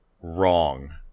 Wrong